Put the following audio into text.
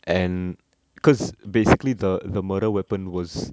and because basically the the murder weapon was